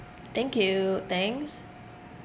thank you thanks